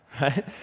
right